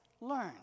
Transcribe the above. learn